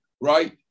right